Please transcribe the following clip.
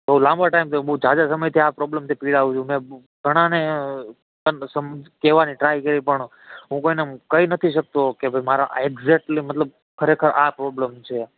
બોઉ લાંબો ટાઈમ થયો બોઉ જાજા સમયથી આ પ્રોબ્લેમથી પીડાઉ છું મેં ઘણાને કેવાની ટ્રાય કરી પણ હું કોઈને કહી નથી શકતો કે ભઈ મારા એક જેટલી ખરેખર આ પ્રોબ્લેમ છે